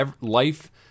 Life